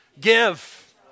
give